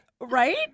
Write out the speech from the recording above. right